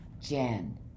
jen